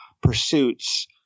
pursuits